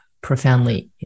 Profoundly